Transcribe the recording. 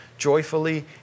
joyfully